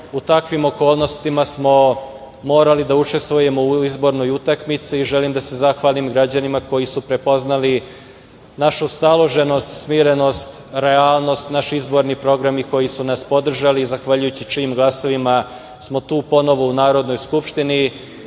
U takvim okolnostima smo morali da učestvujemo u izbornoj utakmici i želim da se zahvalim građanima koji su prepoznali našu staloženost, smirenost, realnost, naš izborni program i koji su nas podržali, zahvaljujući čijim glasovima smo tu ponovo u Narodnoj skupštini